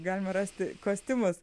galima rasti kostiumus